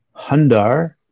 Hundar